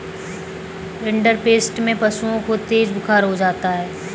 rinderpest में पशुओं को तेज बुखार हो जाता है